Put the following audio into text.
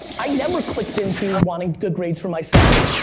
i never clicked into wanting good grades for myself.